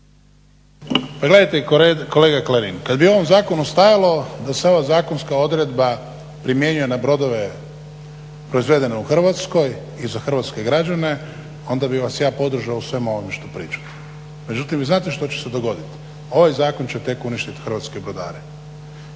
Pa gledajte kolega Klarin, kad bi u ovom zakonu stajalo da se ova zakonska odredba primjenjuje na brodove proizvedene u Hrvatskoj i za hrvatske građane onda bih vas ja podržao u svemu ovome što pričate, međutim vi znate što će se dogoditi? Ovaj zakon će tek uništiti hrvatske brodare,